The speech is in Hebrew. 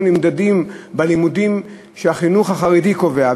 אנחנו נמדדים בלימודים שהחינוך החרדי קובע,